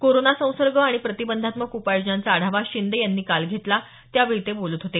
corona संसर्ग आणि प्रतिबंधात्मक उपाययोजनांचा आढावा शिंदे यांनी काल घेतला त्यावेळी ते बोलत होते